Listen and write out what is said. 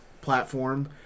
platform